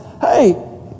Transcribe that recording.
hey